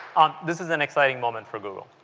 um this is an excite ing moment for google.